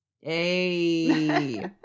Hey